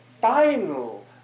final